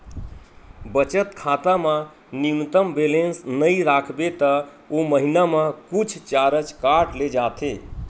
बचत खाता म न्यूनतम बेलेंस नइ राखबे त ओ महिना म कुछ चारज काट ले जाथे